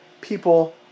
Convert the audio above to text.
people